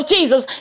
Jesus